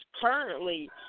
currently